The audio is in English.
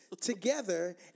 together